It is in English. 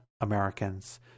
Americans